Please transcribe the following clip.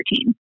routine